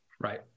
Right